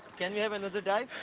can we have another dive?